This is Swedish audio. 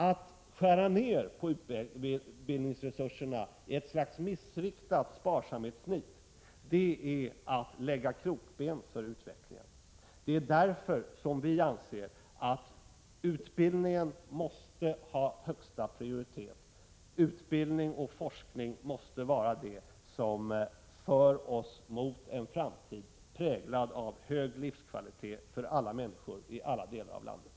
Att skära ned på utbildningsresurserna är ett slags missriktat sparsamhetsnit. Det är att lägga krokben för utvecklingen. Det är därför som vi anser att utbildningen måste ha högsta prioritet. Utbildning och forskning måste vara det som för oss mot en framtid, präglad av hög livskvalitet för alla människor i alla delar av landet.